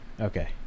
Okay